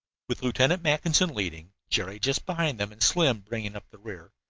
with lieutenant mackinson leading, jerry just behind him and slim bringing up the rear,